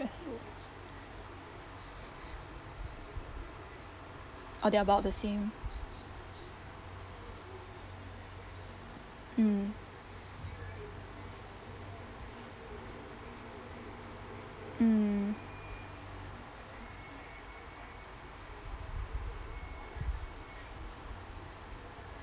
stressful oh they're about the same mm mm